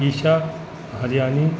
Isha Haryani